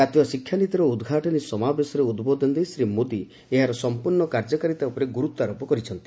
ଜାତୀୟ ଶିକ୍ଷାନୀତିର ଉଦ୍ଘାଟନୀ ସମାବେଶରେ ଉଦ୍ବୋଧନ ଦେଇ ଶ୍ରୀ ମୋଦୀ ଏହାର ସମ୍ପର୍ଣ୍ଣ କାର୍ଯ୍ୟକାରୀତା ଉପରେ ଗୁରୁତ୍ୱାରୋପ କରିଛନ୍ତି